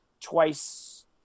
twice